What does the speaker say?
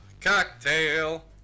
Cocktail